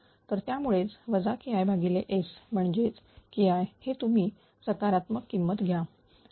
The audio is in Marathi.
तर त्यामुळेच KIS म्हणजेच KI हे तुम्ही सकारात्मक किंमत घ्या